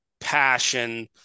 passion